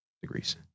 degrees